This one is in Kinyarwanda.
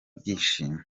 byishimo